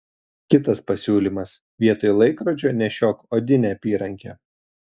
kitas pasiūlymas vietoj laikrodžio nešiok odinę apyrankę